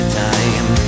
time